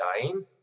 dying